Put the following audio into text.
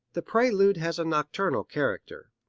the prelude has a nocturnal character.